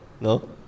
No